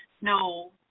No